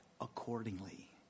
accordingly